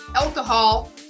alcohol